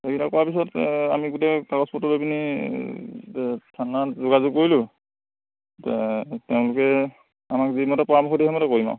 সেইকেইটা কৰাৰ পিছত আমি গোটেই কাগজ পত্ৰ লৈ পিনি থানাত যোগাযোগ কৰিলোঁ তে তেওঁলোকে আমাক যিমতে পৰামৰ্শ দিয়ে সেইমতে কৰিম আৰু